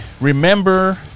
remember